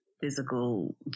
physical